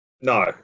no